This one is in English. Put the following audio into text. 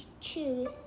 choose